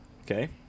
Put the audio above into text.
okay